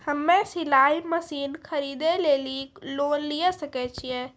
हम्मे सिलाई मसीन खरीदे लेली लोन लिये सकय छियै?